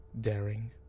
daring